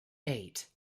eight